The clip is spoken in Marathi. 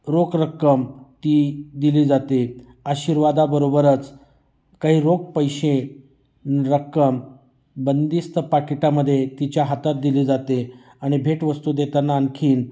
रोख रक्कम ती दिली जाते आशीर्वादाबरोबरच काही रोख पैसे रक्कम बंदिस्त पाकीटामध्ये तिच्या हातात दिली जाते आणि भेटवस्तू देताना आणखीन